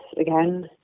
again